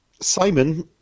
Simon